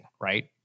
Right